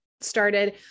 Started